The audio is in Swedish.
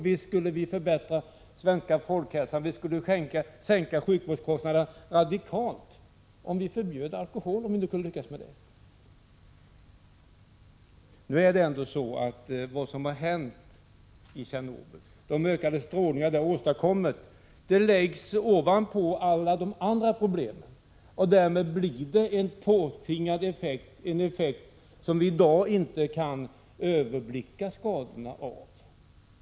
Visst skulle vi förbättra den svenska folkhälsan och sänka sjukvårdskostnaderna radikalt om vi kunde lyckas med att förbjuda alkoholen. Herr talman! Vad som har hänt i Tjernobyl och den ökade strålning olyckan åstadkommit läggs dock ovanpå de andra problemen, och därmed blir de påtvingade effekterna knappast överblickbara i dag.